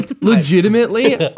legitimately